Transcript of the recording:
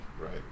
right